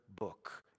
book